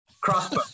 crossbow